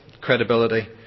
credibility